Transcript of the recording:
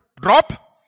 Drop